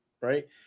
right